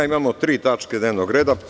Imamo tri tačke dnevnog reda.